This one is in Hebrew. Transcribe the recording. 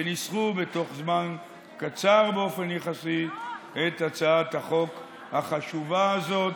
שניסחו בתוך זמן קצר באופן יחסי את הצעת החוק החשובה הזאת.